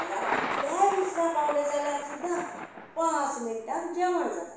घरा कितल्यांय उसरां पावल्या जाल्यार सुद्दां पांच मिनटांक जेवण जाता